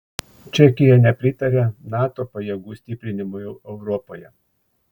čekija nepritaria nato pajėgų stiprinimui europoje